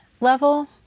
level